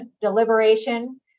deliberation